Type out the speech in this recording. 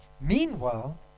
Meanwhile